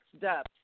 depth